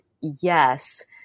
yes